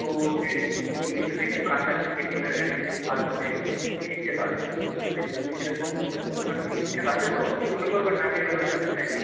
ও হচ্ছে ইংলিশটাতে একটু কাঁচা আছে সেই বিষয়ে যেন একটু ভালো করে শিখতে পারে আপনার স্কুলে সেরকম সব পরিকাথামো ঠিকঠাক আছে তো কিছু মনে করবেন না আমি এভাবেই জানতে চাইছি